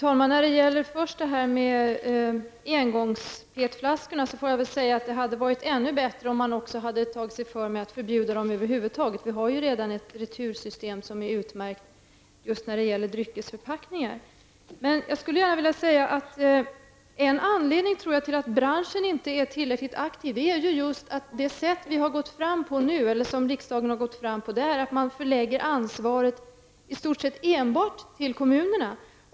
Fru talman! I fråga om PET-flaskorna hade det varit ännu bättre om man hade förbjudit dem. Vi har redan ett utmärkt retursystem när det gäller dryckesförpackningar. En anledning till att branschen inte är tillräckligt aktiv är nog just det sätt på vilket riksdagen gått fram och som innebär att man lägger ansvaret enbart på kommunerna.